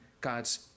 God's